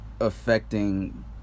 Affecting